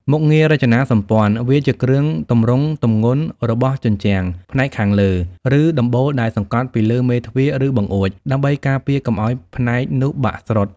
មុខងាររចនាសម្ព័ន្ធ វាជា គ្រឿងទម្រង់ទម្ងន់ របស់ជញ្ជាំងផ្នែកខាងលើ ឬដំបូលដែលសង្កត់ពីលើមេទ្វារ ឬបង្អួច ដើម្បីការពារកុំឱ្យផ្នែកនោះបាក់ស្រុត។